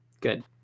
Good